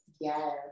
Yes